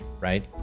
right